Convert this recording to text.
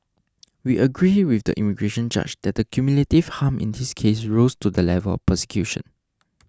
we agree with the immigration judge that the cumulative harm in this case rose to the level of persecution